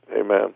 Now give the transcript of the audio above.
Amen